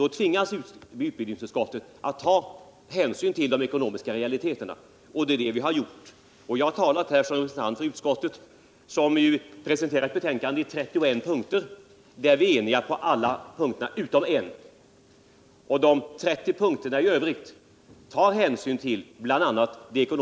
Då tvingas utbildningsutskottet att ta hänsyn till de ekonomiska realiteterna, och det är det vi har gjort. Jag har talat här som representant för utskottet, som har presenterat ett betänkande i 31 punkter. Vi är eniga på alla punkter utom cen.